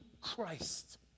Christ